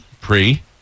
Pre